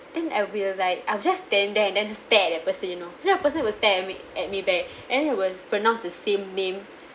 then I will be like I will just stand there and then stare at the person you know then the person will stare at me at me back and it was pronounced the same name